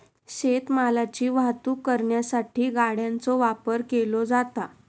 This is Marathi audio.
शेत मालाची वाहतूक करण्यासाठी गाड्यांचो वापर केलो जाता